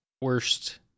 worst